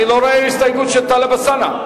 אני לא רואה הסתייגות של טלב אלסאנע.